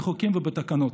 בחוקים ובתקנות.